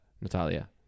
Natalia